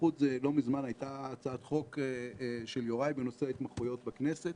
לא מזמן הייתה הצעת חוק של יוראי בנושא ההתמחויות בכנסת.